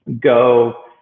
Go